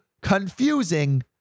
confusing